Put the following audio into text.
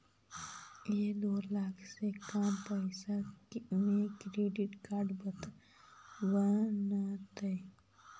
एक दू लाख से कम पैसा में क्रेडिट कार्ड बनतैय?